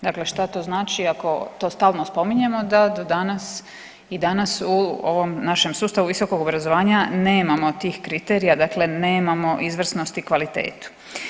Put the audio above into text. Dakle, šta to znači ako to stalno spominjemo da do danas i danas u ovom našem sustavu visokog obrazovanja nemamo tih kriterija, dakle nemamo izvrsnost i kvalitetu.